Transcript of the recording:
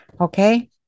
okay